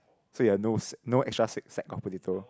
so you have no no extra sick sack of potato